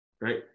right